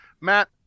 Matt